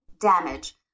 damage